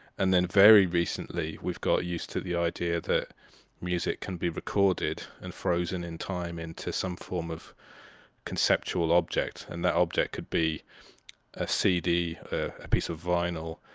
and then very recently, we've got used to the idea that music can be recorded and frozen in time into some form of conceptual object. and that object could be a cd, a piece of vinyl,